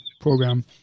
program